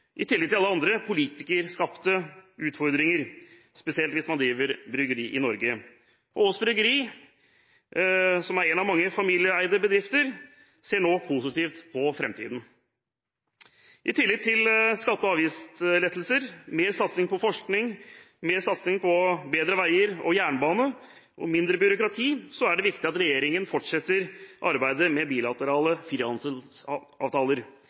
i tillegg til alle andre politikerskapte utfordringer, spesielt hvis man driver et bryggeri i Norge. Aass Bryggeri, som er én av mange familieeide bedrifter, ser nå positivt på framtiden. I tillegg til skatte- og avgiftslettelser, mer satsing på forskning, mer satsing på bedre veier og jernbane og mindre byråkrati er det viktig at regjeringen fortsetter arbeidet med bilaterale